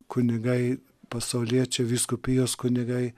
kunigai pasauliečiai vyskupijos kunigai